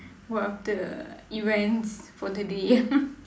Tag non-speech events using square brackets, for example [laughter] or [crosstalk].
what are the events for the day [laughs]